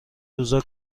روزا